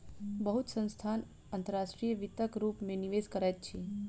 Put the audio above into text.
बहुत संस्थान अंतर्राष्ट्रीय वित्तक रूप में निवेश करैत अछि